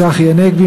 צחי הנגבי,